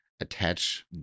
attach